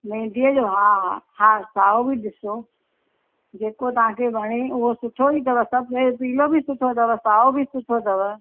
मेंहदीअ जो हा हा साओ बि ॾिसो जेको तव्हांखे वणे उहो सुठो ई अथव पीलो बि सुठो अथव साओ बि सुठो अथव